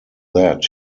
that